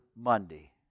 Monday